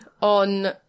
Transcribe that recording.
on